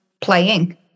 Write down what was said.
playing